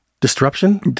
Disruption